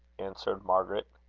answered margaret.